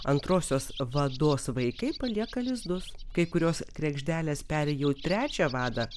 antrosios vados vaikai palieka lizdus kai kurios kregždelės peri jau trečią vadą